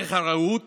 ערך הרעות